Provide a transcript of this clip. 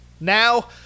now